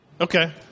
Okay